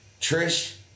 Trish